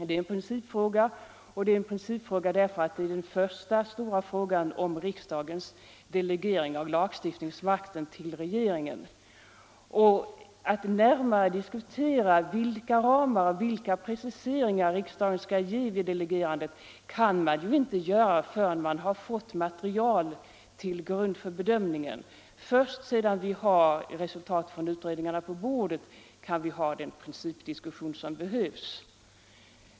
Det är en principfråga, därför att det är den första frågan om riksdagens delegering av lagstiftningsmakten till regeringen. Att närmare diskutera vilka ramar och preciseringar riksdagen skall fastställa vid delegerandet är ju omöjligt innan vi har fått material till grund för bedömningen. Först sedan resultaten av utredningarna har lagts på riksdagens bord kan vi föra den principdiskussion som behövs.